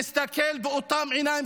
להסתכל באותן עיניים,